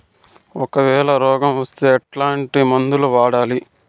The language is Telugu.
ఒకవేల రోగం వస్తే ఎట్లాంటి మందులు వాడాలి?